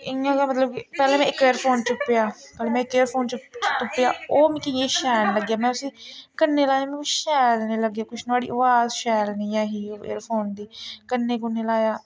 इ'यां गै मतलब कि पैह्ले में इक एयरफोन तुप्पेआ फ्ही में इक होर एयरफोन तुप्पेआ ओह् मिकी इ'न्ना शैल नी लग्गेआ में उसी कन्नै लाया मिकी कुछ शैल नी लग्गेआ कुछ नुहाड़ी अवाज शैल नी ऐ ही एयरफोन दी कन्नै कुन्नै लाया